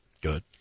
Good